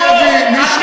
לא יהיה ביטול הסטטוס-קוו.